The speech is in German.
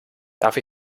darf